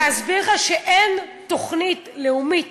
אני רוצה רק להסביר לך שאין היום תוכנית לאומית